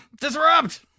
Disrupt